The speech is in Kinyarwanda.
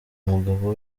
umugabo